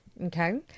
Okay